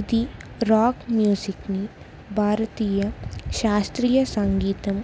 ఇది రాక్ మ్యూజిక్ని భారతీయ శాస్త్రీయ సంగీతం